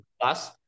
Plus